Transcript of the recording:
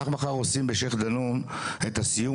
אנחנו מחר עושים בשייח' דנון את הסיום